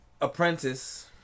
Apprentice